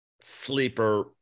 sleeper